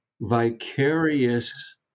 vicarious